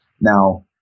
Now